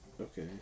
Okay